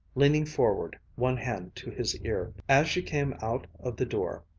leaning forward, one hand to his ear. as she came out of the door,